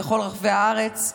לכל רחבי הארץ.